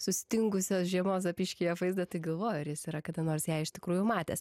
sustingusios žiemos zapyškyje vaizdą tai galvoju ar jis yra kada nors ją iš tikrųjų matęs